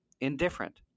indifferent